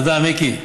תודה, מיקי.